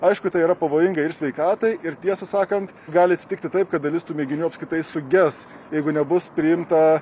aišku tai yra pavojinga ir sveikatai ir tiesą sakant gali atsitikti taip kad dalis tų mėginių apskritai suges jeigu nebus priimta